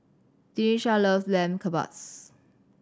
Denisha love Lamb Kebabs